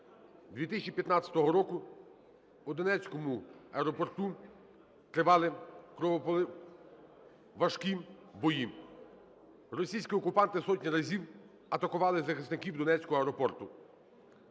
2015 року у Донецькому аеропорту тривали важкі бої. Російські окупанти сотні разів атакували захисників Донецького аеропорту.